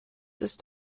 ist